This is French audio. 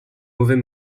mauvais